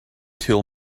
till